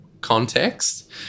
context